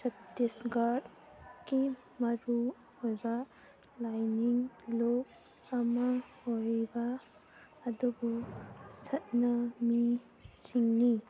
ꯁꯇꯤꯁꯒꯔꯀꯤ ꯃꯔꯨ ꯑꯣꯏꯕ ꯂꯥꯏꯅꯤꯡ ꯂꯨꯞ ꯑꯃ ꯑꯣꯏꯔꯤꯕ ꯑꯗꯨꯕꯨ ꯁꯠꯅ ꯃꯤꯁꯤꯡꯅꯤ